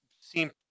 seem